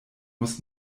muss